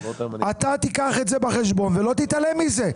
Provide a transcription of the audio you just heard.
אתה תיקח את זה בחשבון ולא תתעלם מזה.